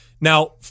Now